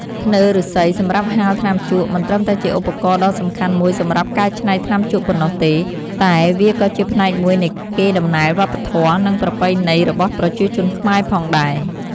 ធ្នើរឬស្សីសម្រាប់ហាលថ្នាំជក់ មិនត្រឹមតែជាឧបករណ៍ដ៏សំខាន់មួយសម្រាប់កែច្នៃថ្នាំជក់ប៉ុណ្ណោះទេ តែវាក៏ជាផ្នែកមួយនៃកេរដំណែលវប្បធម៌ និងប្រពៃណីរបស់ប្រជាជនខ្មែរផងដែរ។